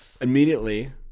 immediately